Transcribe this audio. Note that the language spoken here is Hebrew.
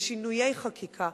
לשינויי חקיקה,